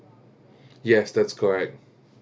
yes that's correct